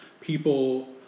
people